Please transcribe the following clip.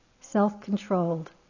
self-controlled